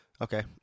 Okay